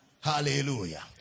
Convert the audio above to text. Hallelujah